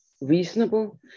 reasonable